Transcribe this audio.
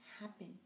happen